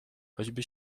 choćby